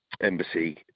embassy